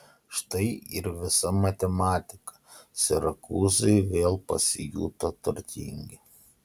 štai ir visa matematika sirakūzai vėl pasijuto turtingi